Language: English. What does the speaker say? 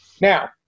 Now